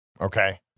Okay